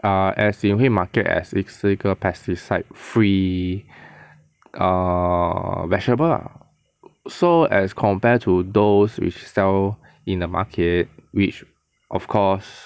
err as in 会 market as 是一个 pesticide free err vegetable lah so as compared to those which sell in the market which of course